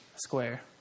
square